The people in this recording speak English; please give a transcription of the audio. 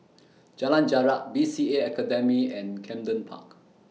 Jalan Jarak B C A Academy and Camden Park